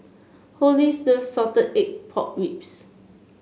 Hollis loves Salted Egg Pork Ribs